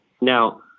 Now